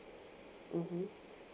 mmhmm